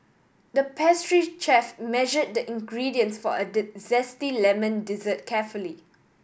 the pastry chef measured the ingredients for a zesty lemon dessert carefully